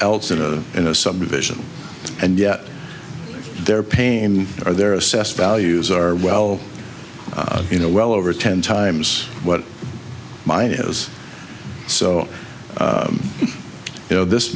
else in a in a subdivision and yet their pain or their assessed values are well you know well over ten times what mine is so you know this